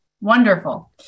Wonderful